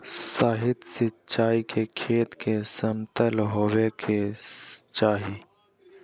सतही सिंचाई के खेत के समतल होवे के चाही